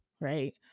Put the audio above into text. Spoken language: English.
right